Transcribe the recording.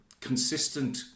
consistent